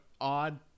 odd